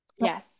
Yes